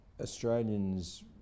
Australians